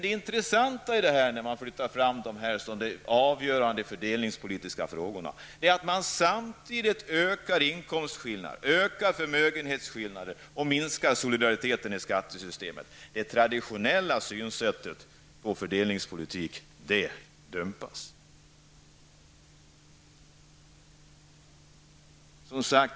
Det intressanta när det gäller dessa avgörande fördelningspolitiska frågor är att man samtidigt ökar inkomstskillnaderna, ökar förmögenhetskillnaderna och minskar solidariteten inom skattesystemet. Det traditionella synsättet på fördelningspolitik dumpas alltså.